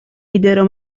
videro